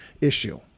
issue